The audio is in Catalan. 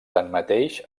tanmateix